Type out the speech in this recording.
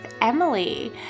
Emily